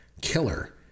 killer